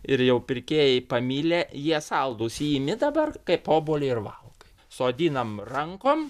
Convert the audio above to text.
ir jau pirkėjai pamilę jie saldūs jį imi dabar kai obuolį ir valgai sodinam rankom